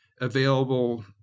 available